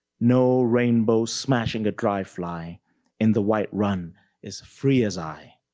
no rainbow smashing a dry fly in the white run is free as i.